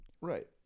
Right